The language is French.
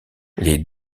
les